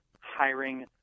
hiring